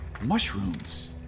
Mushrooms